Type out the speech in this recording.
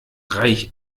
reich